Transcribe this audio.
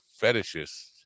fetishists